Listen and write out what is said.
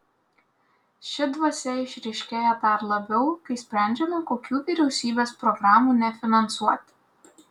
ši dvasia išryškėja dar labiau kai sprendžiama kokių vyriausybės programų nefinansuoti